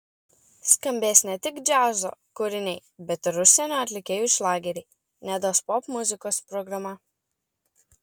skambės ne tik džiazo kūriniai bet ir užsienio atlikėjų šlageriai nedos popmuzikos programa